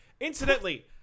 Incidentally